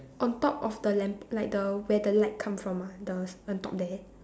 on top of the lamp like the where the light came from ah the on top there